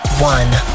One